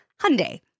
Hyundai